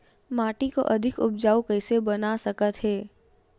माटी को अधिक उपजाऊ कइसे बना सकत हे?